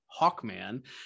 Hawkman